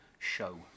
Show